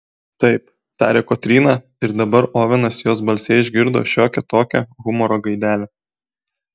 taip tarė kotryna ir dabar ovenas jos balse išgirdo šiokią tokią humoro gaidelę